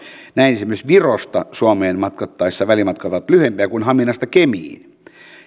näin esimerkiksi virosta suomeen matkattaessa välimatkat ovat lyhyempiä kuin haminasta kemiin